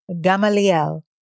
Gamaliel